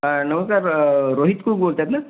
हां नमस्कार रोहित कुक बोलत आहेत ना